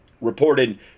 Reported